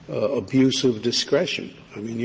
abuse of discretion? i mean, you